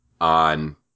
on